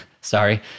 sorry